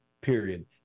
Period